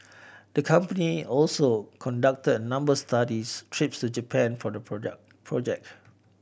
the company also conducted a number studies trips to Japan for the project project